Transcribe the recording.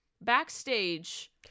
backstage